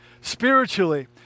spiritually